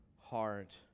heart